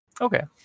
Okay